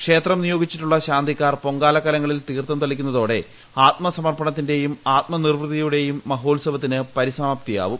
ക്ഷേത്രം നിയോഗിച്ചിട്ടുള്ള ശാന്തിക്കാർ പൊങ്കാലക്കലങ്ങളിൽ തീർത്ഥം തളിക്കുന്നുത്രോടെ ആത്മ സമർപ്പണത്തിന്റെയും ആത്മ നിർവൃത്തിയുടെയും മഹോത്സവത്തിന് പരിസമാപ്തിയാവും